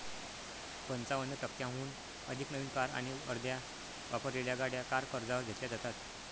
पंचावन्न टक्क्यांहून अधिक नवीन कार आणि अर्ध्या वापरलेल्या गाड्या कार कर्जावर घेतल्या जातात